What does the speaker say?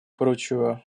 прочего